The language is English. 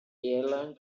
airline